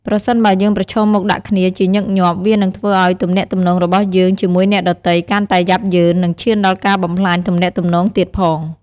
ប្រសិនបើយើងប្រឈមមុខដាក់គ្នាជាញឹកញាប់ វានឹងធ្វើឲ្យទំនាក់ទំនងរបស់យើងជាមួយអ្នកដទៃកាន់តែយ៉ាប់យ៉ឺន និងឈានដល់ការបំផ្លាញទំនាក់ទំនងទៀតផង ។